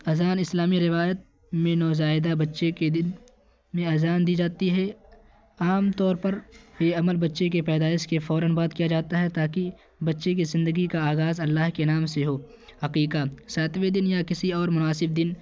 اذان اسلامی روایت میں نوزائیدہ بچے کے دن میں اذان دی جاتی ہے عام طور پر یہ عمل بچے کے پیدائش کے فوراً بعد کیا جاتا ہے تاکہ بچے کی زندگی کا آغاز اللہ کے نام سے ہو عقیقہ ساتویں دن یا کسی اور مناسب دن